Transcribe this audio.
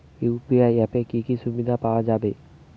UPI অ্যাপে কি কি সুবিধা পাওয়া যাবে?